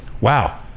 Wow